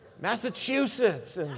Massachusetts